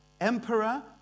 emperor